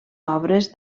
obres